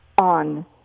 on